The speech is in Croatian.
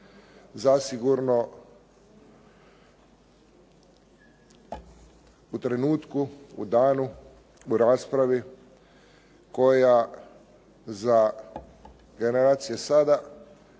Zasigurno u trenutku, u danu, u raspravi koja za generacije sada,